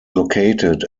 located